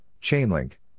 chain-link